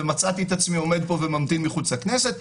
ומצאתי את עצמי עומד פה וממתין מחוץ לכנסת.